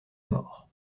mort